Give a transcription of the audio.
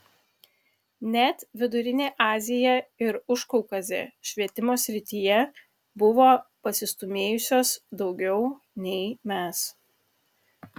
net vidurinė azija ir užkaukazė švietimo srityje buvo pasistūmėjusios daugiau nei mes